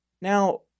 Now